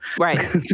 right